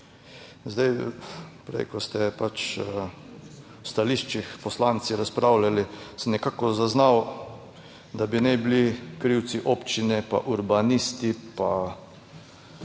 Zdaj, prej ko ste pač v stališčih poslanci razpravljali, sem nekako zaznal, da bi naj bili krivci občine, pa urbanisti, pa